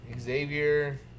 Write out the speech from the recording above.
Xavier